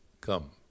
come